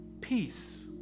peace